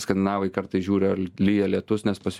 skandinavai kartais žiūri ar lyja lietus nes pas